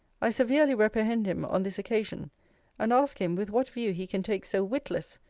i severely reprehend him on this occasion and ask him, with what view he can take so witless,